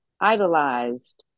idolized